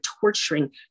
torturing